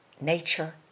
nature